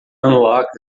unlock